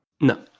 No